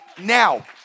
Now